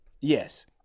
yes